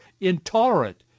intolerant